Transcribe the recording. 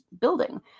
building